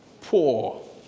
poor